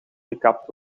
gekapt